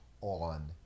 on